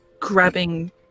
grabbing